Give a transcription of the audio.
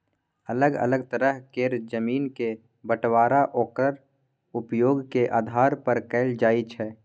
अलग अलग तरह केर जमीन के बंटबांरा ओक्कर उपयोग के आधार पर कएल जाइ छै